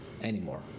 anymore